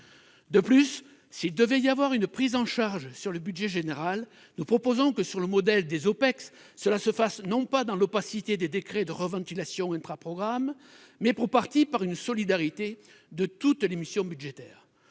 De plus, s'il devait y avoir une prise en charge par le budget général, nous proposons que, sur le modèle des OPEX, cela se fasse non pas dans l'opacité des décrets de reventilation intraprogramme des crédits, mais, pour partie, dans le cadre d'une solidarité de toutes les missions budgétaires.